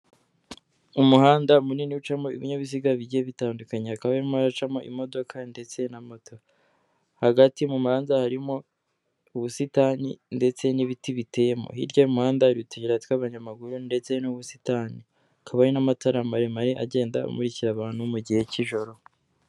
Umuhanda munini ucamo ibinyabiziga bijye bitandukanye, ha kabama hacamo imodoka ndetse na moto, hagati mu muhanda harimo ubusitani ndetse n'ibiti biteyemo, hirya y'umuhanda hari utuyira tw'abanyamaguru ndetse n'ubusitani hakaba hari n'amatara maremare agenda amurikira abantu mu gihe cy'ijoro.